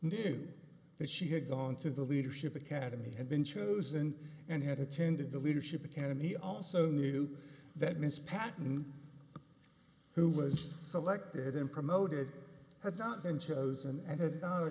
knew that she had gone to the leadership academy had been chosen and had attended the leadership academy also knew that mr patten who was selected and promoted had not been chosen